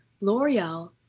L'Oreal